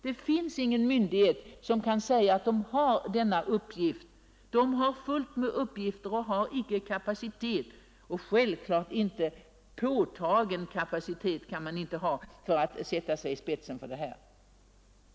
Det finns ingen myndighet som kan säga att den har just denna uppgift. Varje myndighet har fullt med uppgifter men har icke kapacitet, och helt självklart kan man inte påta sig en kapacitet för att sätta sig i spetsen för bekämpandet.